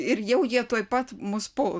ir jau jie tuoj pat mus puls